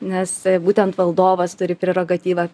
nes būtent valdovas turi prerogatyvą